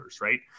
right